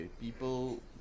people